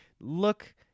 look